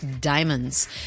diamonds